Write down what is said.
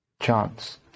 chance